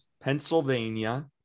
Pennsylvania